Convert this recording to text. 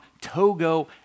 Togo